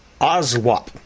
OSWAP